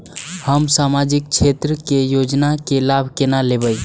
हम सामाजिक क्षेत्र के योजना के लाभ केना लेब?